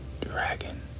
Dragon